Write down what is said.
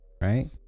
right